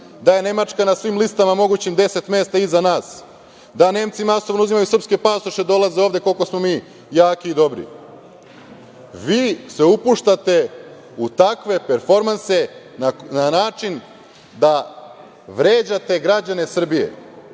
da je Nemačka na svim mogućim listama 10 mesta iza nas, da Nemci masovno uzimaju srpske pasoše i da dolaze ovde koliko smo jaki i dobri, vi se upuštate u takve performanse na način da vređate građane Srbije. Sve